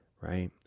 right